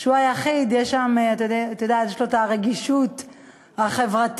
שהוא היחיד שיש לו את הרגישות החברתית